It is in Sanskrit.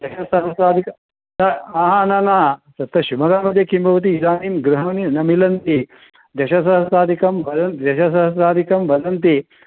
दशसहस्राधिक हा हा न न तत्र शिमोगा मध्ये किं भवति इदानीं गृहाणि न मिलन्ति दशसहस्राधिकं वद दशसहस्राधिकं वदन्ति